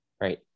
Right